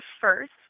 first